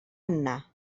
anna